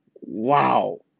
wow